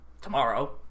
tomorrow